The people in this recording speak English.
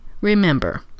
remember